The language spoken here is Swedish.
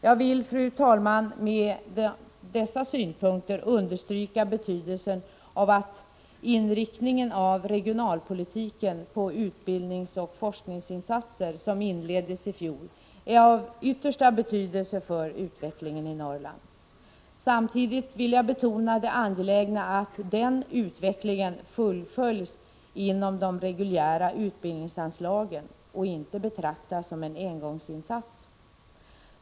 Jag vill, fru talman, med dessa synpunkter understryka att inriktningen av regionalpolitiken på utbildningsoch forskningsinsatser som inleddes i fjol är av yttersta betydelse för utvecklingen i Norrland. Samtidigt vill jag betona det angelägna i att den utvecklingen fullföljs inom de reguljära utbildningsanslagen och inte betraktas som en engångsinsats.